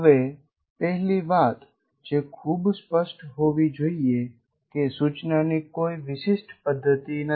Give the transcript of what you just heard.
હવે પહેલી વાત જે ખૂબ સ્પષ્ટ હોવી જોઈએ કે સૂચનાની કોઈ વિશિષ્ટ પદ્ધતિ નથી